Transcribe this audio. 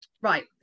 Right